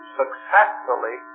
successfully